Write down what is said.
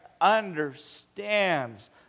understands